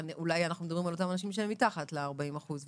אולי אנחנו מדברים על אותם אנשים שהם מתחת ל-40 אחוז.